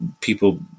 people